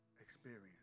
experience